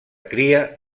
cria